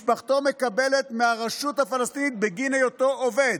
משפחתו מקבלת מהרשות הפלסטינית בגין היותו עובד.